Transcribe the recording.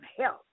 health